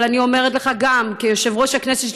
אבל אני גם אומרת לך כיושב-ראש הכנסת,